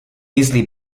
easily